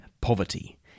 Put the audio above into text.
poverty